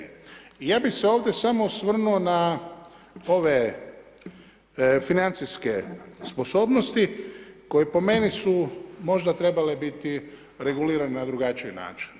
I ja bih se ovdje samo osvrnuo na ove financijske sposobnosti koje po meni su možda trebale biti regulirane na drugačiji način.